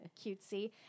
cutesy